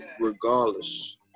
regardless